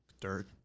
Dirt